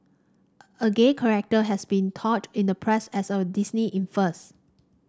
a gay character has been touted in the press as a Disney in first